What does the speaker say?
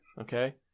Okay